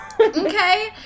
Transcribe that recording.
Okay